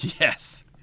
Yes